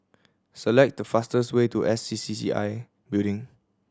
select the fastest way to S C C C I Building